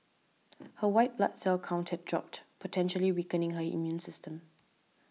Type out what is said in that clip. her white blood cell count had dropped potentially weakening her immune system